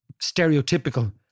stereotypical